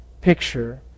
picture